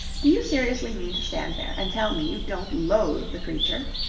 do you seriously mean to stand there and tell me you don't loathe the creature?